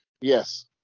Yes